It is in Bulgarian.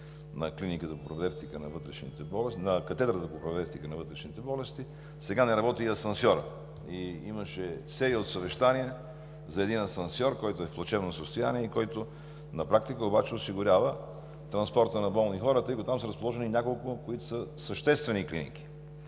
на Катедрата по пропедевтика на вътрешните болести – сега не работи и асансьорът, имаше съвещание с обещания за един асансьор, който е в плачевно състояние и който на практика обаче осигурява транспорта на болни хора, тъй като там са разположени няколко клиники, които са съществени.